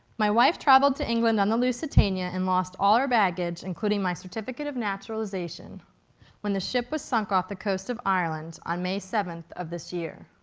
my wife travelled to england on the lusitania and lost all our baggage, including my certificate of naturalization when the ship was sunk off the coast of ireland on may seventh of this year.